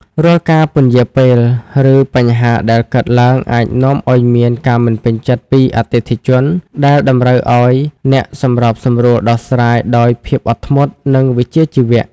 រាល់ការពន្យារពេល ឬបញ្ហាដែលកើតឡើងអាចនាំឱ្យមានការមិនពេញចិត្តពីអតិថិជន ដែលតម្រូវឱ្យអ្នកសម្របសម្រួលដោះស្រាយដោយភាពអត់ធ្មត់ និងវិជ្ជាជីវៈ។